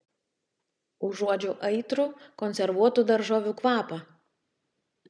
užuodžiu aitrų konservuotų daržovių kvapą